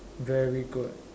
very good